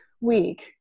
week